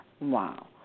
Wow